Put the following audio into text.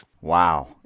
Wow